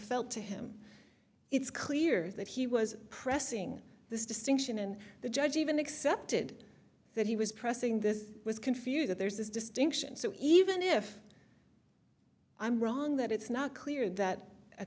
felt to him it's clear that he was pressing this distinction and the judge even accepted that he was pressing this was confuse that there's this distinction so even if i'm wrong that it's not clear that a